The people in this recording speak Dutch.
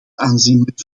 aanzienlijk